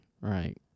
right